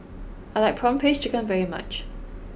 I like Prawn Paste Chicken very much